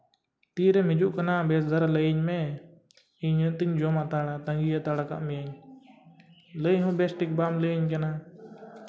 ᱛᱤᱨᱮᱢ ᱦᱤᱡᱩᱜ ᱠᱟᱱᱟ ᱵᱮᱥ ᱫᱷᱟᱨᱟ ᱞᱟᱹᱭᱟᱹᱧ ᱢᱮ ᱤᱧ ᱦᱚᱸᱛᱚᱢ ᱡᱚᱢᱟ ᱛᱟᱹᱜᱤ ᱦᱟᱛᱟᱲ ᱠᱟᱜ ᱢᱮᱭᱟᱧ ᱞᱟᱹᱭ ᱦᱚᱸ ᱵᱮᱥ ᱴᱷᱤᱠ ᱵᱟᱢ ᱞᱟᱹᱭᱟᱹᱧ ᱠᱟᱱᱟ